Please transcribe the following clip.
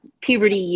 puberty